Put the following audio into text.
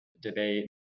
debate